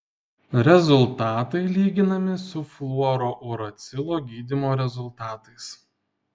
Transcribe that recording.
rezultatai lyginami su fluorouracilo gydymo rezultatais